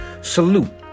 Salute